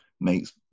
makes